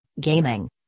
gaming